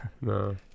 No